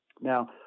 Now